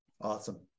Awesome